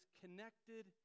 connected